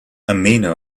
amino